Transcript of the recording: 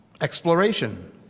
exploration